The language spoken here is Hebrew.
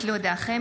אינו נוכח.